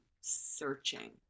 searching